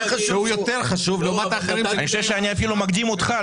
והוא יותר חשוב לעומת האחרים --- אני חושב שאני אפילו מקדים אותך,